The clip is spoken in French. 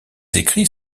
écrits